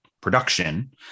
production